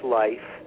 life